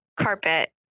carpet